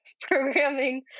programming